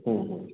हम्म हम्म